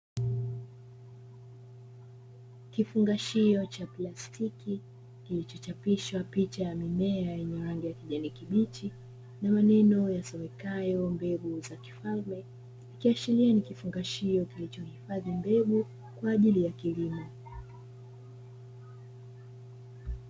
Kifungashio cha plastiki kilichochapisha picha ya mimea yenye rangi ya kijani kibichi na meneno yasomekayo mbegu za kifalme, ikiashiria ni kifungashio kilichohifadhi mbegu kwa ajili ya kilimo.